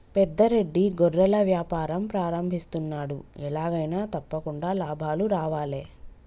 పెద్ద రెడ్డి గొర్రెల వ్యాపారం ప్రారంభిస్తున్నాడు, ఎలాగైనా తప్పకుండా లాభాలు రావాలే